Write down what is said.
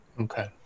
Okay